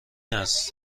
است